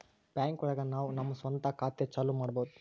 bank ಒಳಗ ನಾವು ನಮ್ ಸ್ವಂತ ಖಾತೆ ಚಾಲೂ ಮಾಡ್ಬೋದು